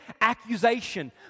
accusation